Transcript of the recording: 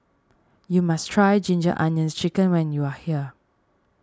you must try Ginger Onions Chicken when you are here